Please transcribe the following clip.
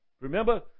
Remember